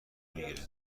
میگیره